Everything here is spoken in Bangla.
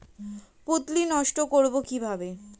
পুত্তলি নষ্ট করব কিভাবে?